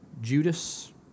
Judas